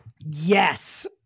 Yes